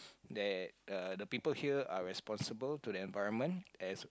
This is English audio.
that uh the people here are responsible to the environment as